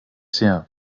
sehr